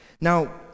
now